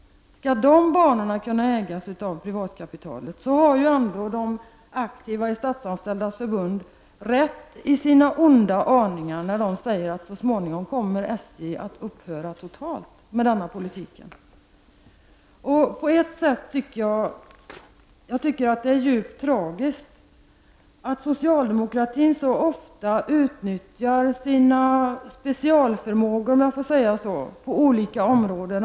Skall de banorna kunna ägas av privatkapitalet? I så fall har ändå de aktiva i Statsanställdas förbund rätt i sina onda aningar som säger att så småningom kommer SJ att upphöra totalt om denna politik fortsätter. På ett sätt tycker jag det är djupt tragiskt att socialdemokratin så ofta fel utnyttjar sina specialförmågor — om jag får säga det — på olika områden.